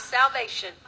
salvation